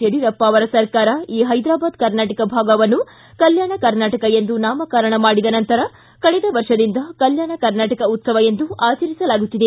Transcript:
ಯಡಿಯೂರಪ್ಪ ಅವರ ಸರ್ಕಾರ ಈ ಹೈದರಾಬಾದ್ ಕರ್ನಾಟಕ ಭಾಗವನ್ನು ಕಲ್ಯಾಣ ಕರ್ನಾಟಕ ಎಂದು ನಾಮಕರಣ ಮಾಡಿದ ನಂತರ ಕಳೆದ ವ ದಿಂದ ಕಲ್ಚಾಣ ಕರ್ನಾಟಕ ಉತ್ಸವ ಎಂದು ಆಚರಿಸಲಾಗುತ್ತಿದೆ